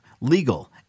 legal